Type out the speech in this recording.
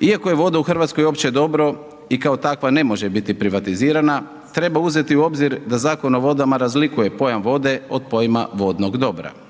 Iako je voda u Hrvatskoj opće dobro i kao takva ne može biti privatizirana treba uzeti u obzir da Zakon o vodama razlikuje pojam vode od pojma vodnog dobra.